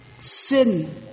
Sin